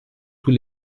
tous